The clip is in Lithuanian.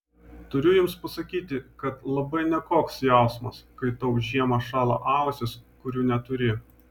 turiu jums pasakyti kad labai nekoks jausmas kai tau žiemą šąla ausys kurių neturi